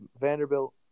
Vanderbilt